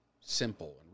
simple